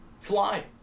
Fly